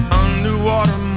underwater